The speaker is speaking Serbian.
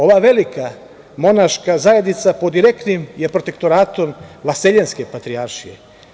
Ova velika monaška zajednica pod direktnim je protektonatom Vaseljenske patrijaršije.